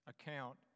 account